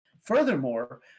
Furthermore